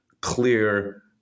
clear